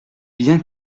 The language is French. bien